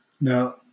now